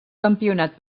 campionat